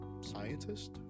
scientist